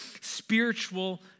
spiritual